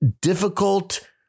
difficult